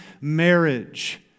marriage